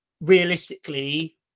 realistically